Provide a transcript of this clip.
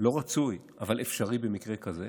לא רצוי אבל אפשרי, במקרה כזה.